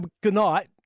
goodnight